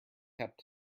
kept